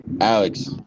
Alex